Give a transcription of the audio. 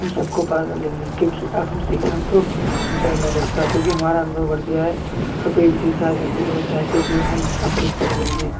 हम सबको पार कर लेंगे क्योंकि अब हमसे हमको डर नहीं लगता क्योंकि हमारा अनुभव बढ़ गया है और कोई भी चीज चाहे नदी हो चाहे कुछ भी हम अच्छे से तैर लेंगे